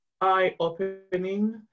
eye-opening